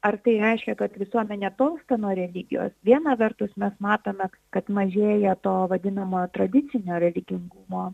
ar tai reiškia kad visuomenė tolsta nuo religijos viena vertus mes matome kad mažėja to vadinamojo tradicinio religingumo